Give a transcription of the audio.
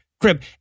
crib